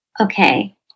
Okay